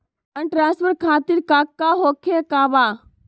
Fund transfer खातिर काका होखे का बा?